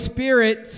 Spirit